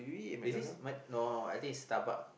they say is no I think is Starbucks